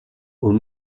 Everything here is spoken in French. aux